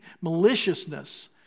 maliciousness